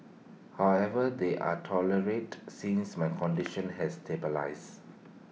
however they are tolerate since my condition has stabilised